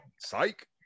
psych